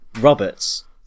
Roberts